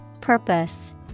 Purpose